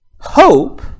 hope